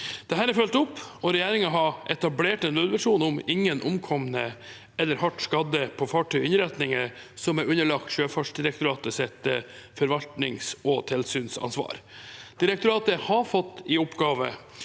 Dette er fulgt opp, og regjeringen har etablert en nullvisjon om ingen omkomne eller hardt skadde på fartøy og innretninger underlagt Sjøfartsdirektoratets forvaltnings- og tilsynsansvar. Direktoratet har fått i oppgave